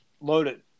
loaded